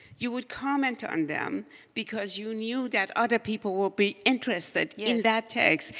you would comment on them because you knew that other people would be interested in that text.